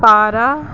पारा